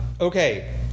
okay